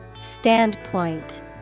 Standpoint